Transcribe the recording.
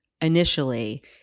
Initially